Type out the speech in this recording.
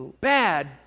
bad